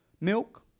milk